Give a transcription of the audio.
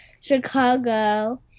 Chicago